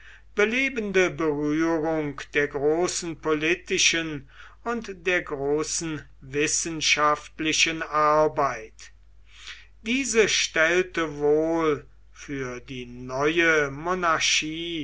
belebende berührung der großen politischen und der großen wissenschaftlichen arbeit diese stellte wohl für die neue monarchie